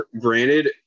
Granted